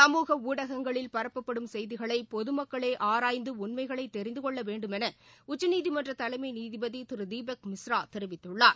சமூக ஊடகங்களில் பரப்பப்படும் செய்திகளை பொது மக்களே ஆராய்ந்து உண்மைகளைத் தெரிந்து கொள்ள வேண்டுமென் உச்சநீதிமன்ற தலைமை நீதிபதி திரு தீபக் மிஸ்ரா தெரிவித்துள்ளார்